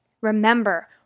remember